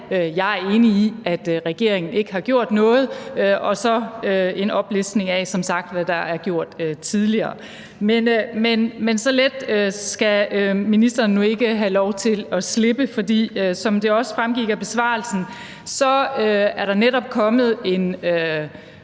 jeg er enig i, at regeringen ikke har gjort noget. Og så var der som sagt en oplistning af, hvad der er gjort tidligere. Men så let skal ministeren nu ikke have lov til at slippe, for som det også fremgik af besvarelsen, er der netop kommet en